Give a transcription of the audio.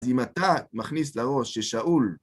אז אם אתה מכניס לראש ששאול